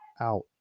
out